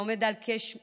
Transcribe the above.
העומד על כ-28%,